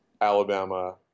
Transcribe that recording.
Alabama